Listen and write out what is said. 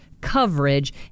coverage